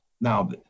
Now